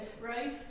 right